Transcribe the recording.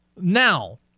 Now